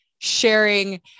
Sharing